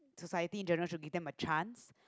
society in general should give them a chance